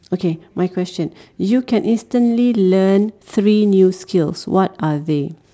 okay my question you can instantly learn three new skill what are they